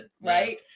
right